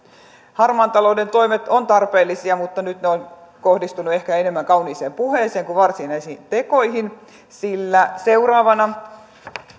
harmaan talouden toimet ovat tarpeellisia mutta nyt ne ovat kohdistuneet ehkä enemmän kauniiseen puheeseen kuin varsinaisiin tekoihin sillä seuraavana